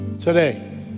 today